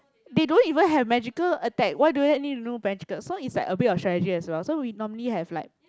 they don't even have magical attack why do I need to know magical so it's like a bit of strategy as well so we normally have like